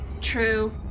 True